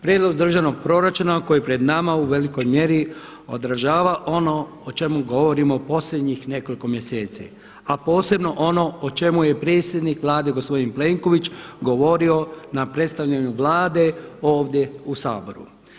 Prijedlog Državnog proračuna koji je pred nama u velikoj mjeri odražava ono o čemu govorimo posljednjih nekoliko mjeseci a posebno ono o čemu je predsjednik Vlade gospodin Plenković govorio na predstavljanju Vlade ovdje u Saboru.